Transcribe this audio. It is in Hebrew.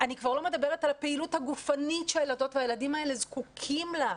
אני כבר לא מדברת על הפעילות הגופנית שהילדות והילדים האלה זקוקים לה.